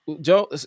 Joe